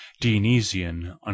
dionysian